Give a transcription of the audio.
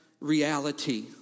reality